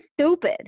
stupid